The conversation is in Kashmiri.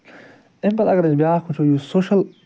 اَمہِ پتہٕ اگر أسۍ بیٛاکھ وُچھو یُس سوشل